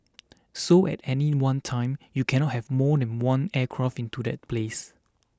so at any one time you cannot have more than one aircraft into that place